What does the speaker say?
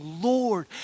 Lord